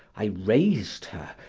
i raised her,